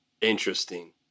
Interesting